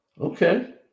Okay